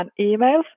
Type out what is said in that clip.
emails